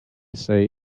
say